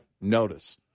notice